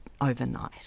overnight